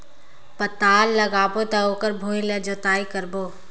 पातल लगाबो त ओकर भुईं ला जोतई करबो?